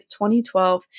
2012